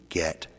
get